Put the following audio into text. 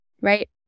right